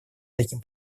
таким